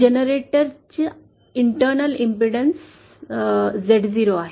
generator चि gap ने्गत प्रति बाधा Z0 आहे